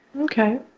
okay